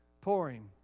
pouring